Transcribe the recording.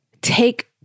take